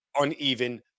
uneven